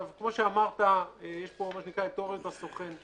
כמו שאמרת, יש פה מה שנקרא את תיאוריית הסוכן.